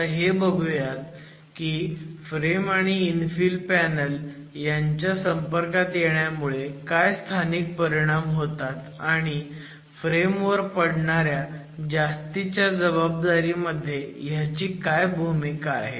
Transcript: आता हे बघुयात की फ्रेम आणि इन्फिल ह्यांच्या संपर्कात येण्यामुळे काय स्थानिक परिणाम होतात आणि फ्रेम वर पडणाऱ्या जास्तीच्या जबाबदारीमध्ये ह्याची काय भूमिका आहे